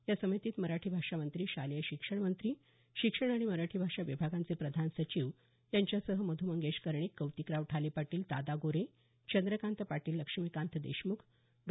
या समितीत मराठी भाषा मंत्री शालेय शिक्षण मंत्री शिक्षण आणि मराठी भाषा विभागांचे प्रधान सचिव यांच्यासह मध् मंगेश कर्णिक कौतिकराव ठाले पाटील दादा गोरे चंद्रकांत पाटील लक्ष्मीकांत देशमुख डॉ